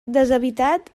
deshabitat